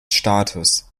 staates